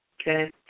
okay